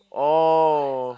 oh